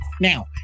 Now